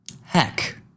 Heck